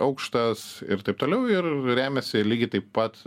aukštas ir taip toliau ir remiasi lygiai taip pat